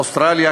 אוסטרליה,